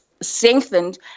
strengthened